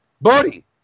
Buddy